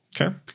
Okay